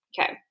Okay